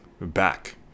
back